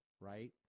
Right